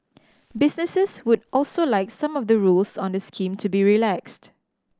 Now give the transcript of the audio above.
businesses would also like some of the rules on the scheme to be relaxed